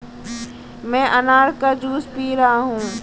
मैं अनार का जूस पी रहा हूँ